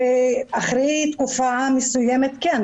אחרי תקופה מסוימת כן.